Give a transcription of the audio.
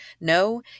No